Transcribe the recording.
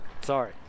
sorry